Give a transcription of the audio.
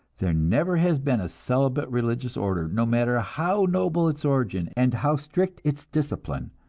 there never has been a celibate religious order, no matter how noble its origin and how strict its discipline,